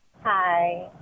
Hi